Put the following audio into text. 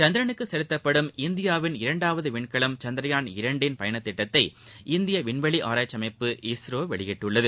சந்திரனுக்கு செலுத்தப்படும் இந்தியாவின் இரண்டாவது விண்கலம் சந்த்ரயான் இரண்டின் பயணத் திட்டத்தை இந்திய விண்வெளி ஆராய்ச்சி அமைப்பு இஸ்ரோ வெளியிட்டுள்ளது